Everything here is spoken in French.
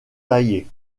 taillés